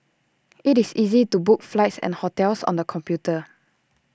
IT is easy to book flights and hotels on the computer